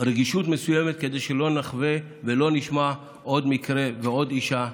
רגישות מסוימת כדי שלא נחווה ולא נשמע עוד מקרה ועוד אישה.